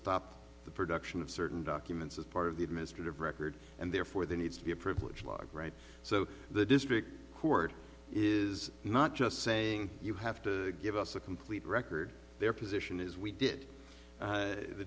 stop the production of certain documents as part of the administrative record and therefore there needs to be a privilege log right so the district court is not just saying you have to give us a complete record their position is we did